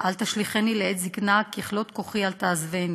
"אל תשליכני לעת זקנה ככלות כֹחי אל תעזבני".